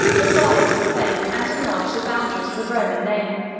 revived the fame, and enlarged the boundaries, of the roman name